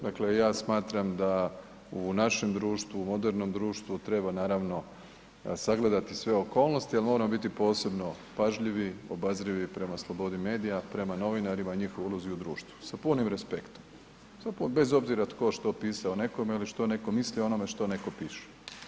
Dakle, ja smatram da u našem društvu, u modernom društvu treba naravno sagledati sve okolnosti, ali moramo biti posebno pažljivi, obazrivi prema slobodi medija, prema novinarima i njihovoj ulozi u društvu, sa punim respektom, bez obzira tko, što pisao o nekome ili što neko misli o onome što neko piše.